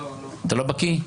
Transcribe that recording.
אתה לא בקי?